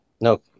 No